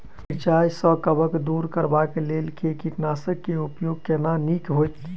मिरचाई सँ कवक दूर करबाक लेल केँ कीटनासक केँ उपयोग केनाइ नीक होइत?